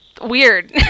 weird